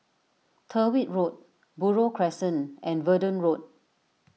Tyrwhitt Road Buroh Crescent and Verdun Road